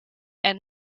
and